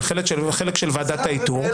על החלק של ועדת האיתור,